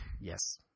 Yes